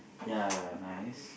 ya nice